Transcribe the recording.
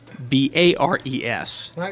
B-A-R-E-S